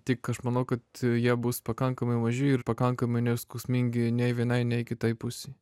tik aš manau kad jie bus pakankamai maži ir pakankamai neskausmingi nei vienai nei kitai pusei